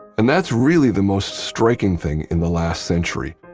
and that's really the most striking thing in the last century,